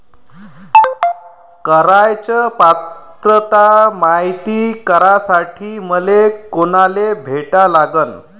कराच पात्रता मायती करासाठी मले कोनाले भेटा लागन?